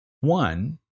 One